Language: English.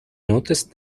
noticed